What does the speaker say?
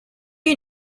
you